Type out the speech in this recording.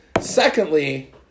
Secondly